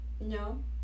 No